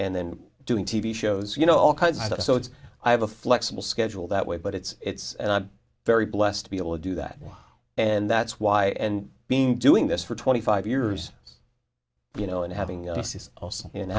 and then doing t v shows you know all kinds of stuff so it's i have a flexible schedule that way but it's and i'm very blessed to be able to do that and that's why and being doing this for twenty five years you know and having an a